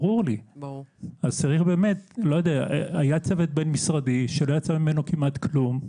היה צוות בין-משרדי שלא יצא ממנו כמעט כלום,